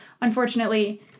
unfortunately